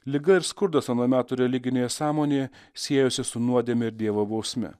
liga ir skurdas ano meto religinėje sąmonėje siejosi su nuodėme ir dievo bausme